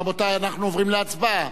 רבותי, אנחנו עוברים להצבעה.